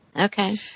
Okay